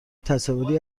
تصاویری